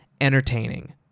entertaining